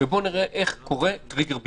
ונראה איך קורה טריגר ביטחוני.